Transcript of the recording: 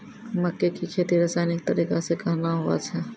मक्के की खेती रसायनिक तरीका से कहना हुआ छ?